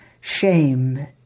shame